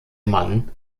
mann